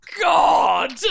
God